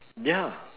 ya